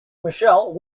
michelle